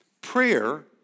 Prayer